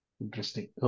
Interesting